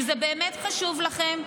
אם זה באמת חשוב לכם,